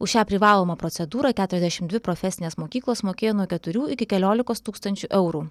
už šią privalomą procedūrą keturiasdešim dvi profesinės mokyklos mokėjo nuo keturių iki keliolikos tūkstančių eurų